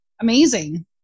amazing